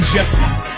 Jesse